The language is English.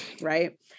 right